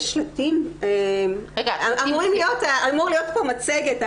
יש שלטים על עמודי העירייה.